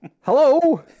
Hello